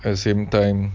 at same time